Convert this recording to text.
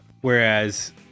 Whereas